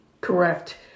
Correct